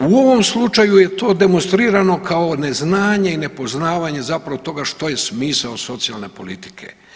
U ovom slučaju je to demonstrirano kao neznanje i nepoznavanje zapravo toga što je smisao socijalne politike.